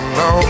no